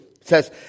says